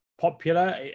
popular